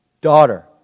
Daughter